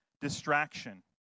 distraction